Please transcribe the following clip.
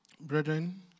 brethren